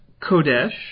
kodesh